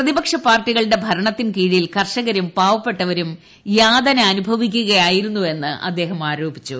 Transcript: പ്രതിപക്ഷ പാർട്ടികളുടെ ഭരണത്തിൻകീഴിൽ കർഷകരും പാവപ്പെട്ടവരും യാതന അനുഭവിക്കുകയായിരുന്നുവെന്ന് അദ്ദേഹം ആരോപിച്ചു